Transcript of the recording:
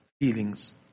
feelings